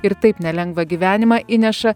ir taip nelengvą gyvenimą įneša